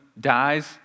dies